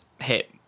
hit